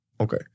Okay